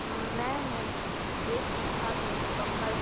میں نے یہ سیکھا کے مکمل